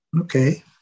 Okay